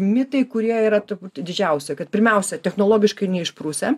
mitai kurie yra turbūt didžiausia kad pirmiausia technologiškai neišprusę